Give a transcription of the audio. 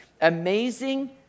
amazing